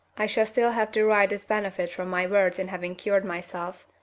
i shall still have derived this benefit from my words in having cured myself,